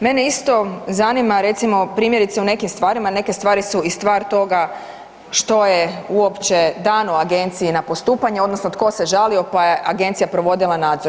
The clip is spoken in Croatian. Mene isto zanima recimo primjerice u nekim stvarima, neke stvari su i stvar toga što je uopće dano agenciji na postupanje odnosno tko se žalio pa je agencija provodila nadzor.